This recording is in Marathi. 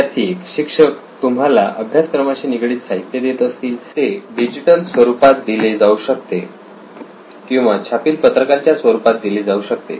विद्यार्थी 1 शिक्षक तुम्हाला अभ्यासक्रमाशी निगडित साहित्य देत असतील ते डिजिटल स्वरूपात दिले जाऊ शकते किंवा छापील पत्रकारांच्या स्वरूपात दिले जाऊ शकते